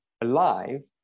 alive